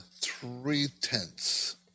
three-tenths